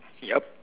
yup